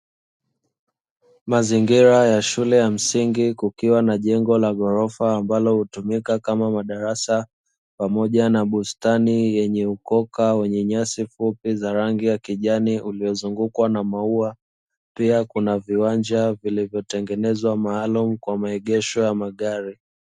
Mazingira ya shule ya msingi, kukiwa na jengo la ghorofa ambalo hutumika kama madarasa, pamoja na bustani yenye ukoka wenye nyasi fupi za rangi ya kijani uliozungukwa na maua. Pia kuna viwanja vilivyotengenezwa maalumu kwa maegesho ya magari.